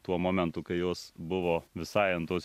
tuo momentu kai jos buvo visai ant tos